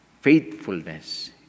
faithfulness